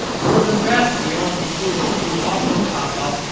or, the best deal, if you see this view offer pop up,